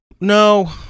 no